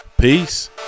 Peace